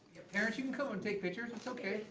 parents, you can come and take pictures, it's okay.